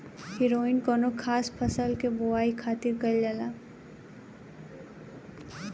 हैरोइन कौनो खास फसल के बोआई खातिर कईल जाला